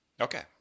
Okay